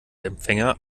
empfänger